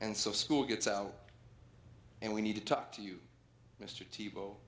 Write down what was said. and so school gets out and we need to talk to you mr t bo